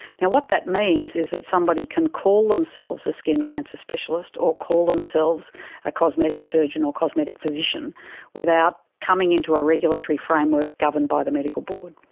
now, what that means is that somebody can call themselves a skin cancer specialist or call themselves a cosmetic surgeon or cosmetic physician without coming into a regulatory framework governed by the medical board.